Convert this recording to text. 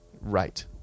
Right